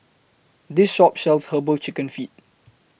This Shop sells Herbal Chicken Feet